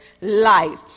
life